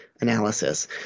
analysis